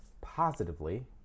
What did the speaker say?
positively